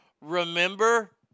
Remember